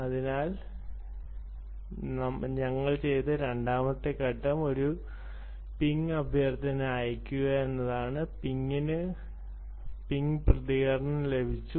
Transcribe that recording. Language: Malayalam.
അതിനാൽ ഞങ്ങൾ ചെയ്ത രണ്ടാമത്തെ ഘട്ടം ഒരു പിംഗ് അഭ്യർത്ഥന അയയ്ക്കുക എന്നതാണ് പിങ്ങിന് പിംഗ് പ്രതികരണം ലഭിച്ചു